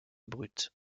brute